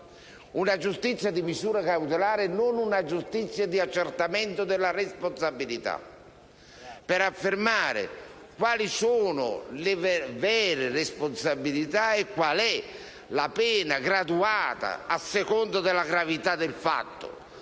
una giustizia della misura cautelare e non di accertamento della responsabilità, per affermare quali sono le vere responsabilità e qual è la pena graduata a seconda della gravità del fatto.